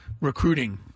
recruiting